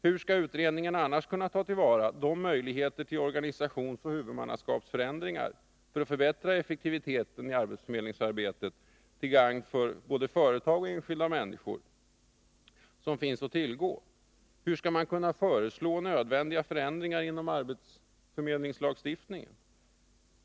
Hur skall utredningen annars kunna ta till vara de möjligheter till organisationsoch huvudmannaskapsförändringar för att förbättra effektiviteten i arbetsförmedlingsarbetet till gagn för både företag och enskilda människor som finns att tillgå? Hur skall man kunna föreslå nödvändiga förändringar inom arbetsförmedlingslagstiftningen?